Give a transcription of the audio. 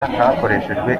hakoreshejwe